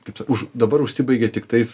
kaip už dabar užsibaigė tiktais